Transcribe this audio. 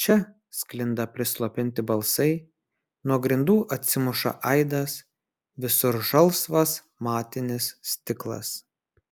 čia sklinda prislopinti balsai nuo grindų atsimuša aidas visur žalsvas matinis stiklas